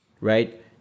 right